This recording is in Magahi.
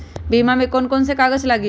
बीमा में कौन कौन से कागज लगी?